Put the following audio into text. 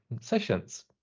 sessions